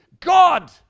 God